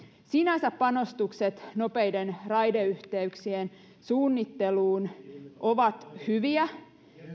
sinänsä panostukset nopeiden raideyhteyksien suunnitteluun ovat hyviä